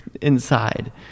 inside